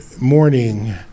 morning